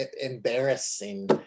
embarrassing